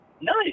Nice